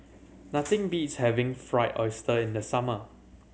nothing beats having Fried Oyster in the summer